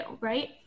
right